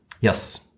Yes